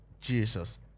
Jesus